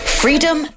freedom